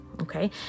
Okay